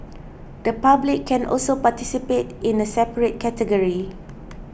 the public can also participate in a separate category